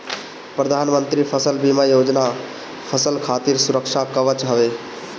प्रधानमंत्री फसल बीमा योजना फसल खातिर सुरक्षा कवच हवे